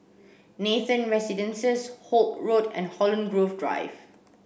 Nathan Residences Holt Road and Holland Grove Drive